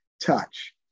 touch